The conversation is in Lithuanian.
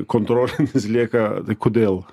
kontrolinis lieka tai kodėl